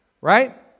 right